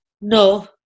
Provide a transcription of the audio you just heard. No